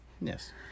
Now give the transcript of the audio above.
Yes